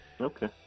Okay